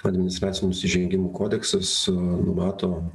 administracinių nusižengimų kodeksas numatomu